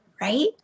right